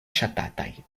ŝatataj